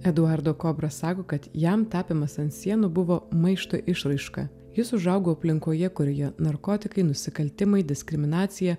eduardo kobra sako kad jam tapymas ant sienų buvo maišto išraiška jis užaugo aplinkoje kurioje narkotikai nusikaltimai diskriminacija